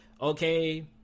okay